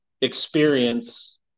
experience